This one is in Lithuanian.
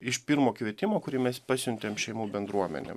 iš pirmo kvietimo kurį mes pasiuntėm šeimų bendruomenėm